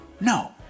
No